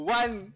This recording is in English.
one